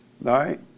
right